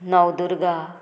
Navdurga